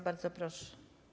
Bardzo proszę.